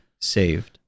saved